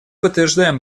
подтверждаем